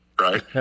right